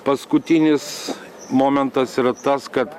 paskutinis momentas yra tas kad